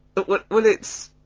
but well well it's,